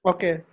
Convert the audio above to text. Okay